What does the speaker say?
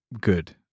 good